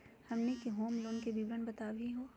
हमनी के home loan के विवरण बताही हो?